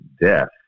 death